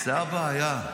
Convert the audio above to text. זה הבעיה.